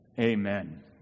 Amen